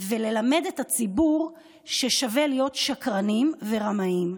וללמד את הציבור ששווה להיות שקרנים ורמאים,